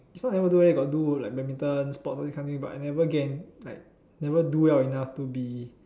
is not never do leh got do like badminton sports all this kind of thing but I never get in like never do well enough to be